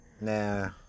nah